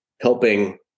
helping